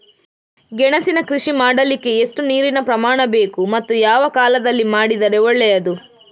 ಗೆಣಸಿನ ಕೃಷಿ ಮಾಡಲಿಕ್ಕೆ ಎಷ್ಟು ನೀರಿನ ಪ್ರಮಾಣ ಬೇಕು ಮತ್ತು ಯಾವ ಕಾಲದಲ್ಲಿ ಮಾಡಿದರೆ ಒಳ್ಳೆಯದು?